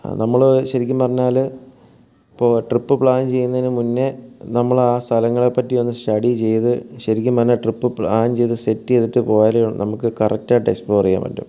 നമ്മൾ ശരിക്കും പറഞ്ഞാൽ ഇപ്പോൾ ട്രിപ്പ് പ്ലാൻ ചെയ്യുന്നതിന് മുൻപേ നമ്മൾ ആ സ്ഥലങ്ങളെപ്പറ്റി ഒന്ന് സ്റ്റഡി ചെയ്ത് ശരിക്കും പറഞ്ഞാൽ ട്രിപ്പ് പ്ലാൻ ചെയ്ത് സെറ്റ് ചെയ്തിട്ട് പോയാൽ നമുക്ക് കറക്റ്റ് ആയിട്ട് എക്സ്പ്ലോർ ചെയ്യാൻ പറ്റൂ